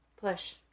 push